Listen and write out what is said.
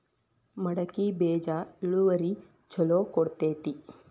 ಮಡಕಿ ಬೇಜ ಇಳುವರಿ ಛಲೋ ಕೊಡ್ತೆತಿ?